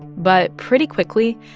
but pretty quickly,